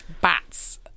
bats